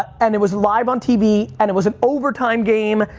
and it was live on tv, and it was an overtime game,